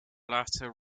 latter